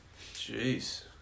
Jeez